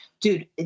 Dude